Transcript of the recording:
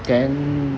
then